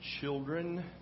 children